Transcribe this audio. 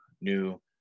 new